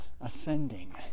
ascending